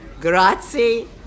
Grazie